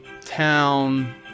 town